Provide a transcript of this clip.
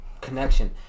connection